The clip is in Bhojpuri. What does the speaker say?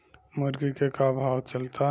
मुर्गा के का भाव चलता?